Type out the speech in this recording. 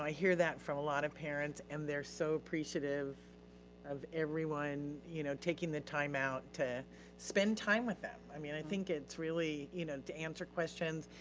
i hear that from a lot of parents. and they're so appreciative of everyone you know taking the time out to spend time with them. i mean i think it's really, you know, to answer questions,